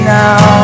now